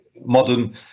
modern